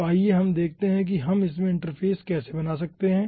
तो आइए अब हम देखते हैं कि हम इसमें इंटरफ़ेस कैसे बना सकते हैं